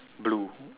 blue